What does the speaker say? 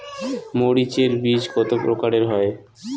মরিচ এর বীজ কতো প্রকারের হয়?